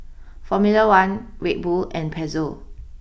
Formula one Red Bull and Pezzo